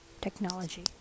technology